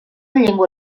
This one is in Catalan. llengua